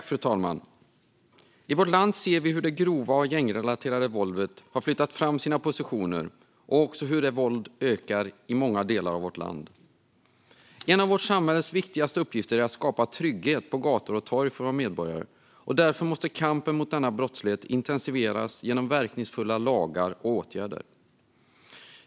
Fru talman! I vårt land ser vi hur det grova och gängrelaterade våldet har flyttat fram sina positioner och också hur våldet ökar i många delar av vårt land. En av vårt samhälles viktigaste uppgifter är att skapa trygghet på gator och torg för våra medborgare. Därför måste kampen mot denna brottslighet intensifieras genom verkningsfulla lagar och åtgärder.